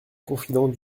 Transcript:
confident